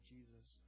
Jesus